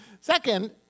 Second